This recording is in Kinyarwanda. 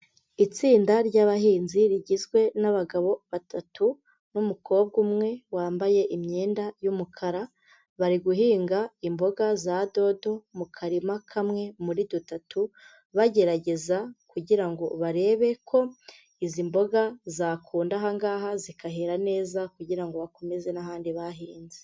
Itsinda ry'abahinzi rigizwe n'abagabo batatu n'umukobwa umwe wambaye imyenda y'umukara bari guhinga imboga za dodo mu karima kamwe muri dutatu bagerageza kugira ngo barebe ko izi mboga zakunda ahangaha zikahera neza kugira ngo bakomeze n'ahandi bahinze.